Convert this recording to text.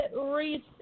reset